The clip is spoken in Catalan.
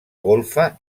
golfa